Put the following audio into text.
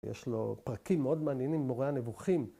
‫יש לו פרקים מאוד מעניינים, ‫מורה הנבוכים.